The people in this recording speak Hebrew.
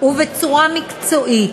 ובצורה מקצועית,